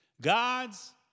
God's